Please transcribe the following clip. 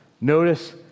Notice